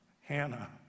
Hannah